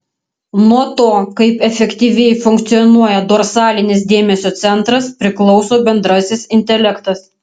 nuo to kaip efektyviai funkcionuoja dorsalinis dėmesio centras priklauso bendrasis intelektas